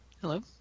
Hello